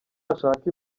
ashaka